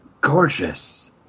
Gorgeous